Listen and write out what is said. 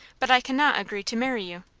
but i cannot agree to marry you.